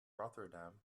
rotterdam